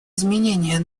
изменения